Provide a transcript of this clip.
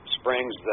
springs